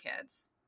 kids